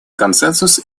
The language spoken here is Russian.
консенсус